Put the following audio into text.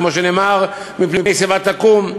כמו שנאמר: "מפני שיבה תקום".